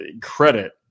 credit